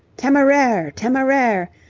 temeraire! temeraire!